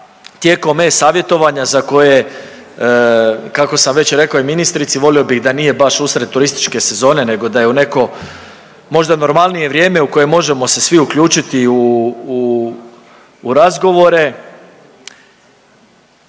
tijekom e-savjetovanja za koje kako sam već rekao i ministrici volio bih da nije baš usred turističke sezone nego da je u neko možda normalnije vrijeme u kojem možemo se svi uključiti u, u razgovore.